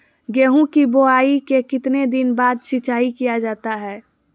गेंहू की बोआई के कितने दिन बाद सिंचाई किया जाता है?